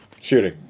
Shooting